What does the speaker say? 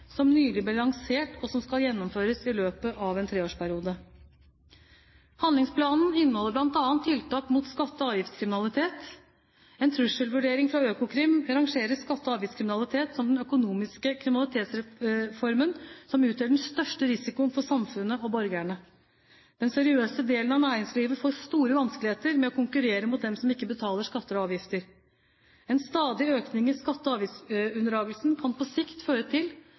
som nylig ble lansert, og som skal gjennomføres i løpet av en treårsperiode. Handlingsplanen innholder bl.a. tiltak mot skatte- og avgiftskriminalitet. En trusselvurdering fra Økokrim rangerer skatte- og avgiftskriminalitet som den økonomiske kriminalitetsformen som utgjør den største risikoen for samfunnet og borgerne. Den seriøse delen av næringslivet får store vanskeligheter med å konkurrere mot dem som ikke betaler skatter og avgifter. En stadig økning av skatte- og avgiftsunndragelser kan på sikt føre til